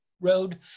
road